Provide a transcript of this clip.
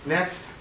Next